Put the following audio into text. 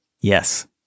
Yes